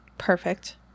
perfect